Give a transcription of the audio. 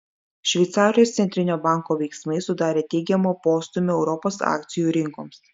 šveicarijos centrinio banko veiksmai sudarė teigiamą postūmį europos akcijų rinkoms